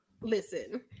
Listen